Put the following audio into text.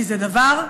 כי זה דבר משוגע.